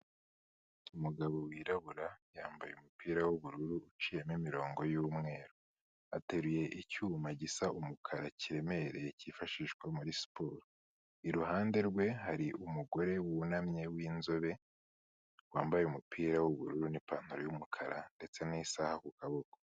Umugabo wirabura yambaye umupira w'ubururu uciyemo imirongo y'umweru, ateruye icyuma gisa umukara kiremereye cyifashishwa muri siporo. Iruhande rwe hari umugore wunamye w'inzobe wambaye umupira w'ubururu n'ipantaro y'umukara ndetse n'isaha ku kuboko.